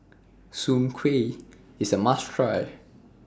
Soon Kway IS A must Try